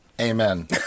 Amen